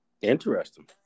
Interesting